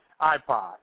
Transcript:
iPod